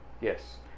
Yes